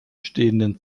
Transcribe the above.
stehenden